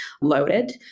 loaded